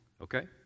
okay